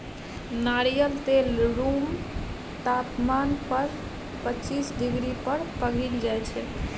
नारियल तेल रुम तापमान पर पचीस डिग्री पर पघिल जाइ छै